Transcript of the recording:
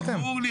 ברור לי.